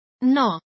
No